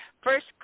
First